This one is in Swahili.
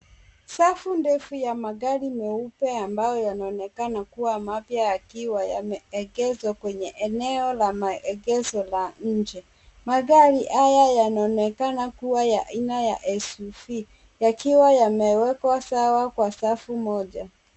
Safu ndefu ya magari meupe ambayo yanaonekana kuwa mapya yakiwa yameegeshwa kwenye eneo la maegesho la nje. Magari haya yanaonekana kuwa ya aina ya [xs] suv yakiwa yamewekwa sawa kwa safu moja.